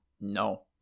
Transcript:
No